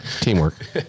teamwork